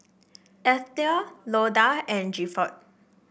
Eithel Loda and Gifford